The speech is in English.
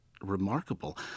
remarkable